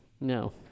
No